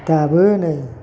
दाबो नै